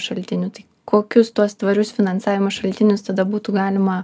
šaltinių tai kokius tuos tvarius finansavimo šaltinius tada būtų galima